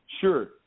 Sure